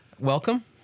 Welcome